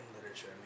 literature